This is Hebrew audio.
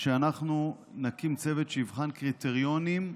שאנחנו נקים צוות שיבחן קריטריונים,